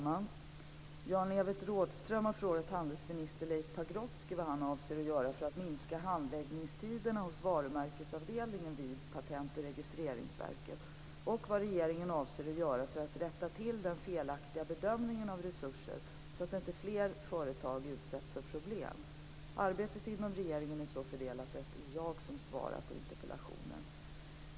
Fru talman! Jan-Evert Rådhström har frågat handelsminister Leif Pagrotsky vad han avser att göra för att minska handläggningstiderna hos varumärkesavdelningen vid Patent och registreringsverket, PRV, och vad regeringen avser att göra för att rätta till den felaktiga bedömningen av resurser så att inte fler företag utsätts för problem. Arbetet inom regeringen är så fördelat att det är jag som skall svara på interpellationen.